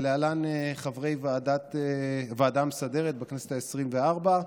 להלן חברי הוועדה המסדרת בכנסת העשרים-וארבע: